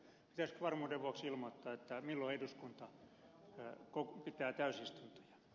pitäisikö varmuuden vuoksi ilmoittaa milloin eduskunta pitää täysistuntoja